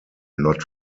not